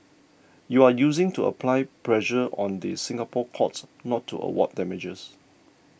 you are using to apply pressure on the Singapore courts not to award damages